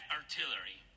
artillery